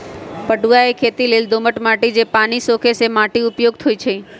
पटूआ के खेती लेल दोमट माटि जे पानि सोखे से माटि उपयुक्त होइ छइ